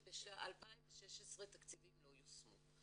שב-2016 תקציבים לא יושמו.